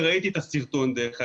וראיתי את הסרטון דרך אגב,